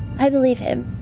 i believe him.